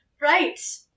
right